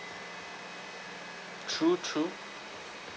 true true